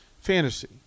fantasy